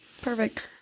Perfect